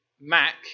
Mac